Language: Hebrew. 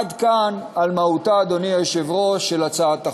עד כאן על מהותה, אדוני היושב-ראש, של הצעת החוק.